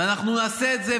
ואנחנו נעשה את זה,